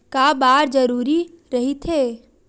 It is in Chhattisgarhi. का बार जरूरी रहि थे?